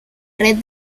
red